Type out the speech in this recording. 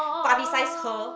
publicize her